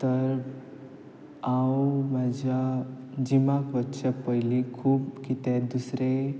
तर हांव म्हाज्या जिमाक वच्चे पयली खूब कितें दुसरे